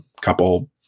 couple